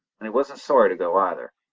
and he wasn't sorry to go either.